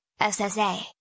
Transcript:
SSA